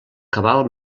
cabal